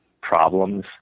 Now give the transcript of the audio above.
problems